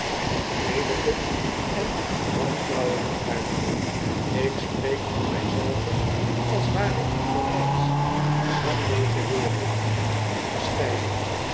gemelyken en wantrouwenden aard ik spreek van my zelven als ware ik bereids van de e wereld gescheiden